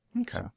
Okay